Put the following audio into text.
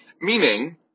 Meaning